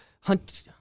hunt